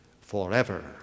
forever